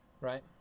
right